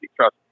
trust